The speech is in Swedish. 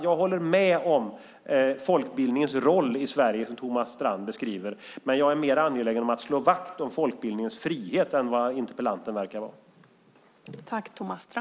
Jag håller med om folkbildningens viktiga roll i Sverige, den som Thomas Strand beskriver, men jag är mer angelägen om att slå vakt om folkbildningens frihet än vad interpellanten verkar vara.